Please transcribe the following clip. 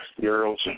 girls